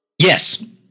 Yes